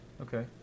Okay